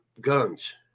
guns